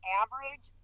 average